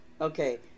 Okay